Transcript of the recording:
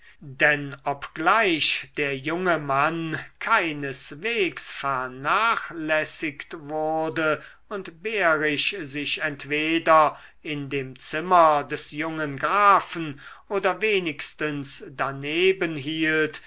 denn obgleich der junge mann keineswegs vernachlässigt wurde und behrisch sich entweder in dem zimmer des jungen grafen oder wenigstens daneben hielt